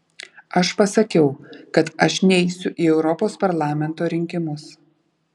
aš pasakiau kad aš neisiu į europos parlamento rinkimus